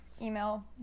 email